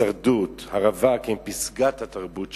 'הישרדות' ו'הרווק' הם פסגת התרבות שלו.